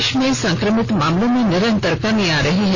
देश में संक्रमित मामलों में निरन्तर कमी आ रही है